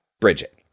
Bridget